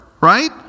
right